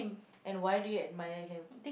and why do you admire him